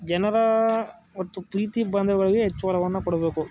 ಜನರ ಮತ್ತು ಪ್ರೀತಿ ಬಾಂಧವ್ಯಗಳಿಗೆ ಹೆಚ್ಚು ವರವನ್ನು ಕೊಡಬೇಕು